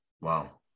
wow